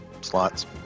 slots